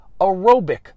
aerobic